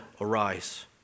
Arise